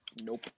Nope